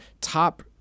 top